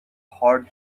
hot